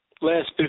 Last